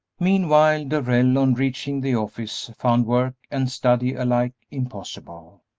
meanwhile, darrell, on reaching the office, found work and study alike impossible.